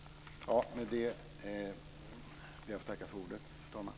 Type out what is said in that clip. Med detta ber jag att få tacka för ordet, fru talman.